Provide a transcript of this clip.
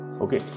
okay